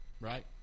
right